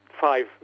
five